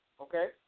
okay